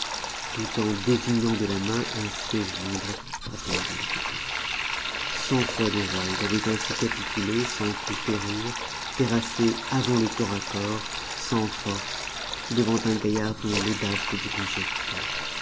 tout en désignant de la main un siège libre à son interlocuteur cent fois déjà il avait ainsi capitulé sans coup férir terrassé avant le corps à corps sans force devant un gaillard dont l'audace le déconcertait